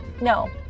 No